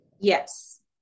Yes